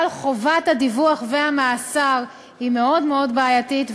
אבל חובת הדיווח והמאסר היא מאוד מאוד בעייתית,